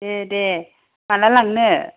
दे दे माला लांनो